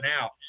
out